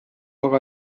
aga